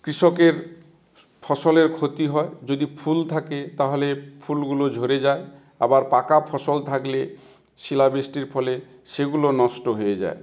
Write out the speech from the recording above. কৃষকের ফসলের ক্ষতি হয় যদি ফুল থাকে তাহলে ফুলগুলো ঝরে যায় আবার পাকা ফসল থাকলে শিলাবৃষ্টির ফলে সেগুলো নষ্ট হয়ে যায়